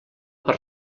per